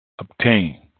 obtain